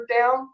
down